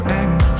end